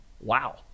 wow